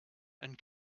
and